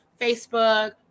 Facebook